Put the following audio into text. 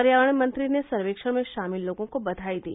पर्यावरण मंत्री ने सर्वेक्षण में शामिल लोगों को बधाई दी